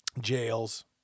jails